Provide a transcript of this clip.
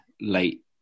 late